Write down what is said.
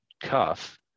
cuff